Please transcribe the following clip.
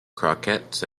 croquettes